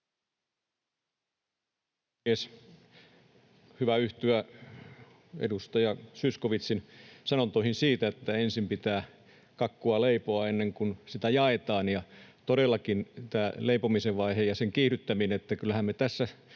hyvä yhtyä edustaja Zyskowiczin sanontoihin siitä, että ensin pitää kakkua leipoa ennen kuin sitä jaetaan, ja todellakin tämä leipomisen vaihe ja sen kiihdyttäminen — kyllähän me tässä